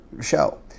show